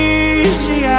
easy